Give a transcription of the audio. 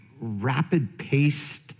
rapid-paced